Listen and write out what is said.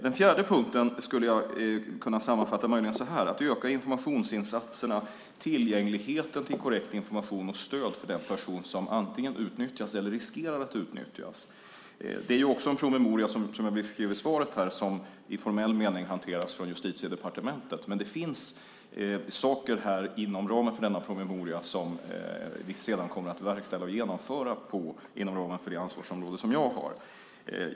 För det fjärde skulle jag vilja säga att vi behöver öka informationsinsatserna och tillgängligheten till korrekt information och stöd för den person som antingen utnyttjas eller riskerar att utnyttjas. Som jag sade tidigare är även det en promemoria som i formell mening hanteras av Justitiedepartementet, men det finns i promemorian sådant som vi senare kommer att verkställa och genomföra inom ramen för det ansvarsområde som jag har.